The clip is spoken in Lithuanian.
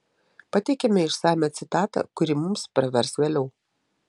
pateikiame išsamią citatą kuri mums pravers vėliau